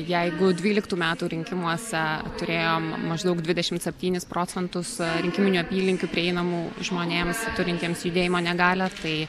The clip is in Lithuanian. jeigu dvyliktų metų rinkimuose turėjom maždaug dvidešimt septynis procentus rinkiminių apylinkių prieinamų žmonėms turintiems judėjimo negalią tai